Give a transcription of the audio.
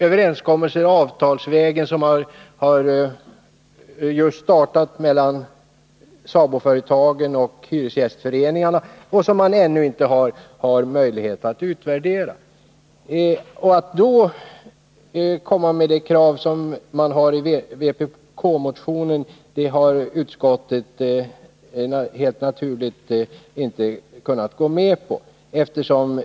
Överenskommelser har träffats mellan SABO och hyresgästföreningarna, och man har ännu inte kunnat utvärdera erfarenheterna. Utskottet har därför helt naturligt inte kunnat tillstyrka vpk:s krav i motionen.